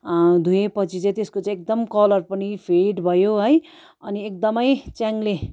धोए पछि चाहिँ त्यसको चाहिँ एकदम कलर पनि फेड भयो है अनि एकदमै च्याङ्ले